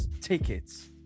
tickets